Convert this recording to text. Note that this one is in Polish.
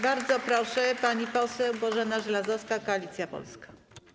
Bardzo proszę, pani poseł Bożena Żelazowska, Koalicja Polska.